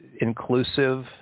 inclusive